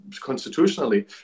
Constitutionally